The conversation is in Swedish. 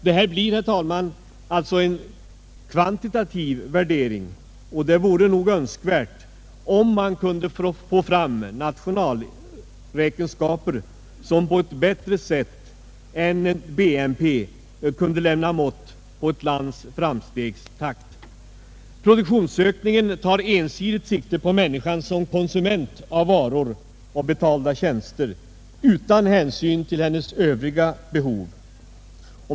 Det blir alltså, herr talman, en kvantitativ värdering, och det vore nog önskvärt om man kunde få fram nationalräkenskaper, som på ett bättre sätt än BNP kunde lämna mått på ett lands framstegstakt. Produktionsökningen tar ensidigt sikte på människan som konsument av varor och betalda tjänster utan hänsyn till hennes övriga behov.